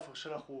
עפר שלח הוא